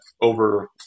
over